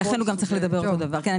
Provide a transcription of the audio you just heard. תודה.